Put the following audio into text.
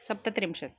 सप्तत्रिंशत्